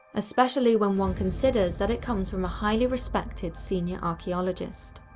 especially when one considers that it comes from a highly-respected, senior archaeologist.